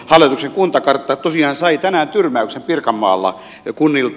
hallituksen kuntakartta tosiaan sai tänään tyrmäyksen pirkanmaalla kunnilta